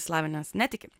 išsilavinęs netiki